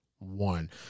One